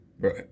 Right